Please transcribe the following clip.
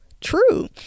True